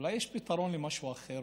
אולי יש פתרון למשהו אחר?